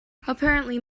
apparently